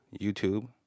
YouTube